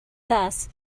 thus